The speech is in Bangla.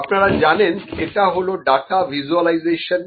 আপনারা জানেন এটা হলো ডাটা ভিসুয়ালাইজেশন